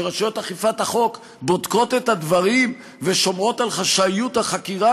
שרשויות אכיפת החוק בודקות את הדברים ושומרות על חשאיות החקירה